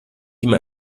immer